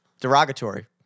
derogatory